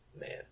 Man